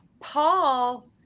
Paul